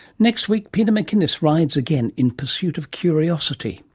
next week, peter mcinnis rides again in pursuit of curiosity.